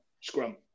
Scrum